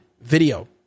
video